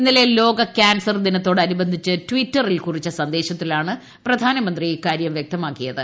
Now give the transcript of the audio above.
ഇന്നലെ ലോക കാൻസർ ദിനത്തോട് അനുബന്ധിച്ച് ട്ടിറ്ററിൽ കുറിച്ച സന്ദേശത്തിലാണ് പ്രധാനമന്ത്രി ഇക്കാരൃം വൃക്തമാക്കിയത്